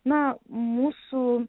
na mūsų